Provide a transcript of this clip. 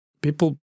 People